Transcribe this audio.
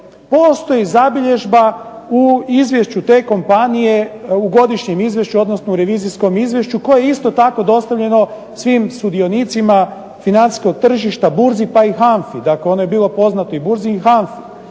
postoji zabilježba u izvješću te kompanije, u godišnjem izvješću, odnosno u revizijskom izvješću koje je isto tako dostavljeno svim sudionicima financijskog tržišta, burzi, pa i HANFA-i, dakle ono je bilo poznato i burzi i HANFA-i,